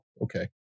okay